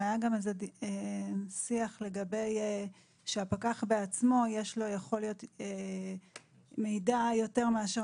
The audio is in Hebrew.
היה גם איזה שיח לגבי זה שלפקח בעצמו יכול להיות מידע יותר מאשר